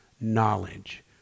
knowledge